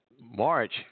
March